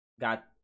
got